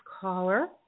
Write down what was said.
caller